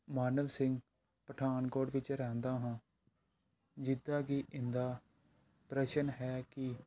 ਮਾਨਵ ਸਿੰਘ ਪਠਾਨਕੋਟ ਵਿੱਚ ਰਹਿੰਦਾ ਹਾਂ ਜਿੱਦਾਂ ਕਿ ਇਹਨਾਂ ਦਾ ਪ੍ਰਸ਼ਨ ਹੈ ਕਿ